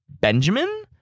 Benjamin